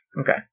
Okay